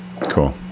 cool